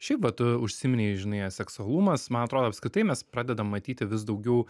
šiaip vat užsiminei žinai aseksualumas man atrodo apskritai mes pradedam matyti vis daugiau